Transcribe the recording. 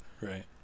right